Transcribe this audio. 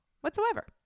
whatsoever